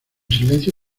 silencio